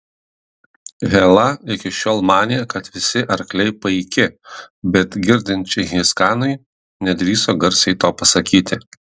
hela iki šiol manė kad visi arkliai paiki bet girdint čingischanui nedrįso garsiai to pasakyti